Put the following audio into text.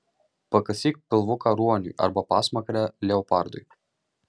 pakasyk pilvuką ruoniui arba pasmakrę leopardui